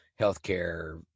healthcare